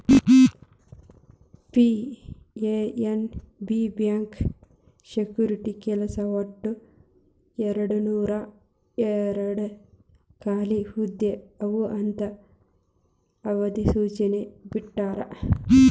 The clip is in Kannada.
ಪಿ.ಎನ್.ಬಿ ಬ್ಯಾಂಕ್ ಸೆಕ್ಯುರಿಟಿ ಕೆಲ್ಸಕ್ಕ ಒಟ್ಟು ಎರಡನೂರಾಯೇರಡ್ ಖಾಲಿ ಹುದ್ದೆ ಅವ ಅಂತ ಅಧಿಸೂಚನೆ ಬಿಟ್ಟಾರ